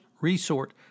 resort